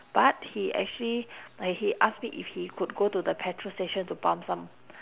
but he actually like he ask me if he could go to the petrol station to pump some